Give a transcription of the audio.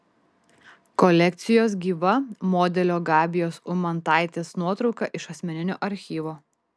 kolekcijos gyva modelio gabijos umantaitės nuotrauka iš asmeninio archyvo